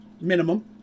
minimum